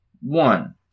One